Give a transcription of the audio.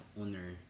owner